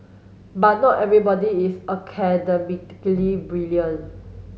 but not everybody is academically brilliant